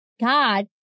God